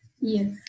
Yes